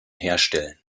herstellen